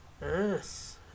Yes